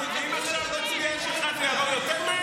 ואם נצביע עכשיו על שלך, זה יעבור יותר מהר?